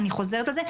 אני חוזרת על זה,